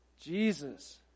Jesus